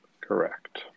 Correct